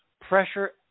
pressure